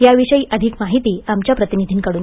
याविषयी अधिक माहिती आमच्या प्रतिनिधींकडून